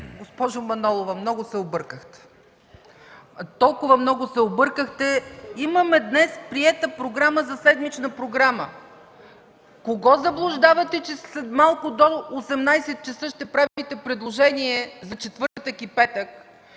Госпожо Манолова, много се объркахте! Толкова много се объркахте! Днес имаме приета седмична програма. Кого заблуждавате, че след малко, до 18,00 ч. ще правите предложения за четвъртък и петък,